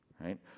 right